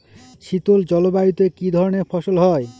শীতল জলবায়ুতে কি ধরনের ফসল হয়?